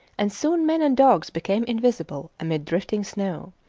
and soon men and dogs became invisible amid drifting snow.